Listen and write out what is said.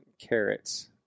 carrots